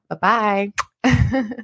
Bye-bye